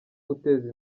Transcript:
guteza